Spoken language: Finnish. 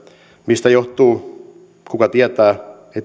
mistä johtuu kuka tietää